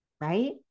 right